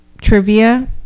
trivia